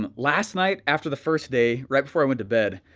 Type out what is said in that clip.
and last night, after the first day, right before i went to bed,